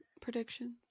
Predictions